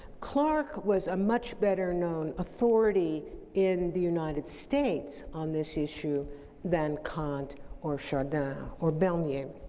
clarke was a much better known authority in the united states on this issue than kant or chardin or bernier